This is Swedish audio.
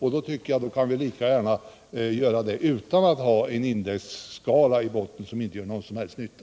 Jag anser att vi kan göra dessa årliga ändringar utan att i botten ha en indexskala som inte gör någon som helst nytta.